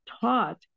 taught